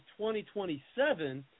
2027